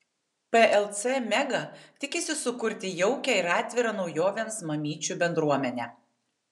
plc mega tikisi sukurti jaukią ir atvirą naujovėms mamyčių bendruomenę